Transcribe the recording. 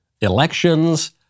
Elections